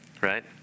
Right